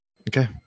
Okay